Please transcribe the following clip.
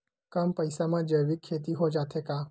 कम पईसा मा जैविक खेती हो जाथे का?